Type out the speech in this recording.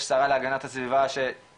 יש שרה להגנת הסביבה שעסוקה,